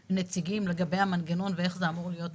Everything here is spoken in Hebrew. הנציגים לגבי המנגנון ואיך זה אמור להיות מופעל?